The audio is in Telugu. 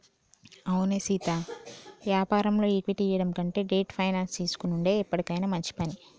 అవునే సీతా యాపారంలో ఈక్విటీ ఇయ్యడం కంటే డెట్ ఫైనాన్స్ తీసుకొనుడే ఎప్పటికైనా మంచి పని